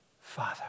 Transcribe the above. Father